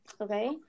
okay